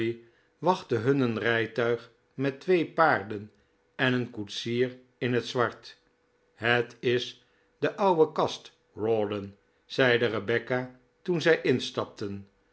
wachtte hun een rijtuig met twee paarden en een koetsier in het zwart het is de ouwe kast rawdon zeide rebecca toen zij instapten